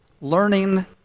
learning